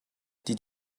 did